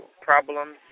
problems